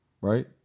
Right